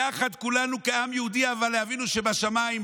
יחד כולנו כעם יהודי אבל לאבינו שבשמיים,